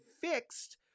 fixed